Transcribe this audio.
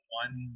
one